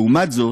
לעומת זאת,